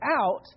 out